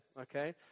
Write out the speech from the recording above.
okay